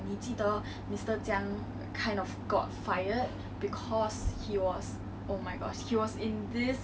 theories talking about his relationship and 我觉得